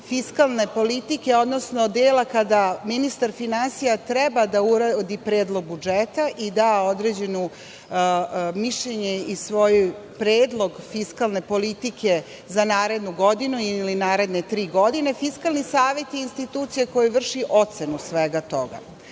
fiskalne politike, odnosno dela kada ministar finansija treba da uradi predlog budžeta i da određeno mišljenje i svoj predlog fiskalne politike za narednu godinu ili naredne tri godine. Fiskalni savet je institucija koja vrši ocenu svega